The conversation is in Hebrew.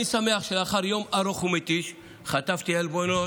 אני שמח שלאחר יום ארוך ומתיש, חטפתי עלבונות,